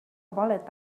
bullet